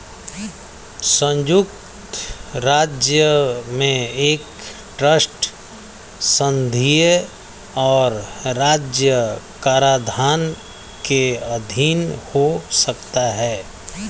संयुक्त राज्य में एक ट्रस्ट संघीय और राज्य कराधान के अधीन हो सकता है